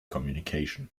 communication